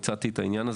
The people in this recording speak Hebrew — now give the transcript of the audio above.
הצעתי את העניין,